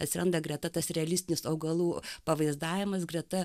atsiranda greta tas realistinis augalų pavaizdavimas greta